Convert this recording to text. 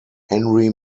henry